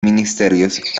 ministerios